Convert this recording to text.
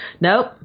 nope